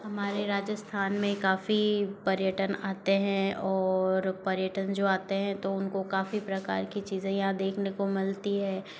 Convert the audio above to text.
हमारे राजस्थान में काफ़ी पर्यटन आते हैं और पर्यटन जो आते हैं तो उनको काफ़ी प्रकार की चीज़ें यहाँ देखने को मिलती है